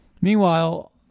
Meanwhile